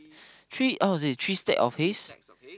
three stack of hay